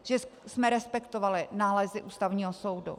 Že jsme respektovali nálezy Ústavního soudu.